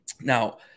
Now